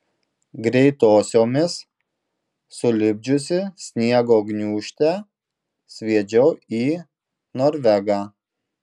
greitosiomis sulipdžiusi sniego gniūžtę sviedžiau į norvegą